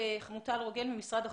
חמוטל רוגל ממשרד החוץ.